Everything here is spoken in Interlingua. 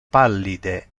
pallide